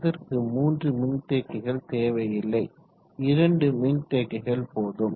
இதற்கு 3 மின்தேக்கிகள் தேவையில்லை 2 மின் தேக்கிகள் போதும்